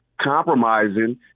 compromising